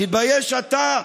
תתבייש לך.